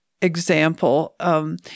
example